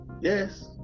Yes